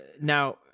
now